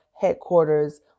headquarters